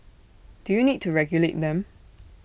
do you need to regulate them